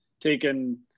taken –